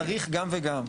צריך גם וגם.